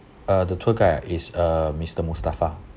uh the tour guide is uh mister mustafa